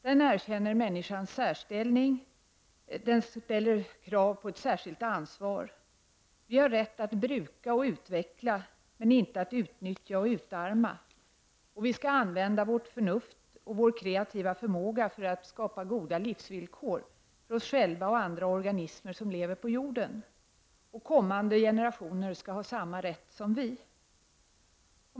Den erkänner människans särställning, men ställer krav på ett särskilt ansvar: Vi har rätt att bruka och utveckla, men inte att utnyttja och utarma. Vi skall använda vårt förnuft och vår kreativa förmåga för att skapa goda livsvillkor för oss själva och andra organismer som lever på jorden. Kommande generationer skall ha samma rätt som vi.